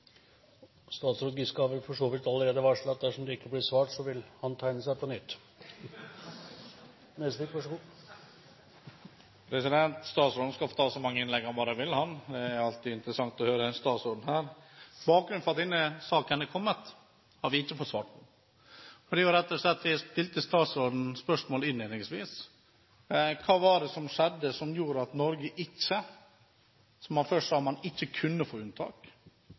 statsråd Giske har vel for så vidt allerede varslet at dersom det ikke blir svart, vil han tegne seg på nytt. Statsråden skal få ta så mange innlegg han bare vil. Det er alltid interessant å høre på statsråden. Bakgrunnen for at denne saken har kommet, har vi ikke fått svar på. Jeg stilte rett og slett statsråden det spørsmålet innledningsvis. Hva var det som skjedde, som gjorde at man først sa at Norge ikke kunne få unntak,